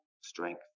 strength